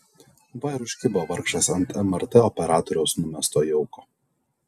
va ir užkibo vargšas ant mrt operatoriaus numesto jauko